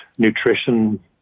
nutrition